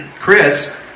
Chris